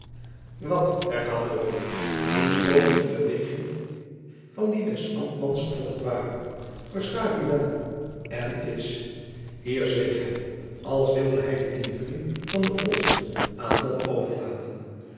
wat herhaalde de baron wiens oogen de beweging van die des ambtmans gevolgd waren versta ik u wel en is hier zweeg hij als wilde hij de invulling van den volzin aan mom overlaten